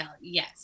yes